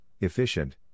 efficient